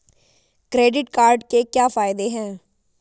Credit card के क्या फायदे हैं?